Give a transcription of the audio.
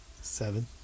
Seven